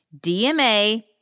DMA